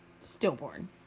stillborn